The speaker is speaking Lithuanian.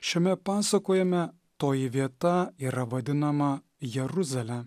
šiame pasakojime toji vieta yra vadinama jeruzale